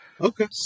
Okay